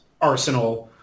Arsenal